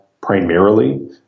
primarily